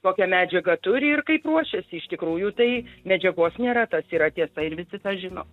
kokią medžiagą turi ir kaip ruošiasi iš tikrųjų tai medžiagos nėra tas yra tiesa ir visi tą žino